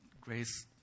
grace